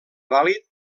vàlid